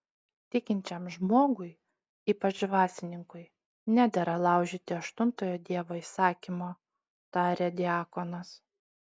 tikinčiam žmogui ypač dvasininkui nedera laužyti aštuntojo dievo įsakymo tarė diakonas